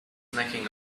snacking